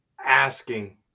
asking